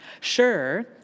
Sure